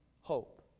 hope